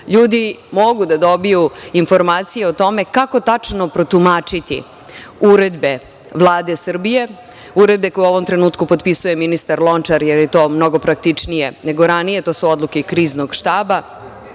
ljudi mogu da dobiju informacije o tome kako tačno protumačiti uredbe Vlade Srbije, uredbe koje u ovom trenutku potpisuje ministar Lončar, jer je to mnogo praktičnije nego ranije, to su odluke Kriznog štaba,